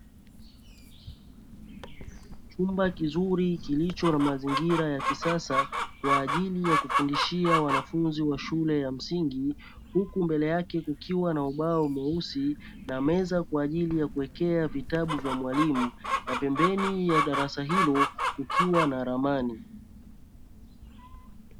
Chumba kizuri kilicho na mazingira ya kisasa kwa ajili ya kufundishia wanafunzi wa shule ya msingi, huku mbele yake kukiwa na ubao mweusi na meza kwa ajili ya kuwekea vitabu vya mwalimu na pembeni ya darasa hilo kukiwa na ramani.